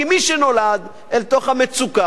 כי מי שנולד אל תוך המצוקה,